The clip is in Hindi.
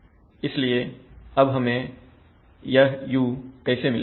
इसलिए अब हमें यह u कैसे मिलेगा